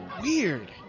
weird